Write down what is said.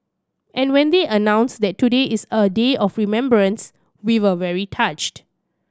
and when they announced that today is a day of remembrance we were very touched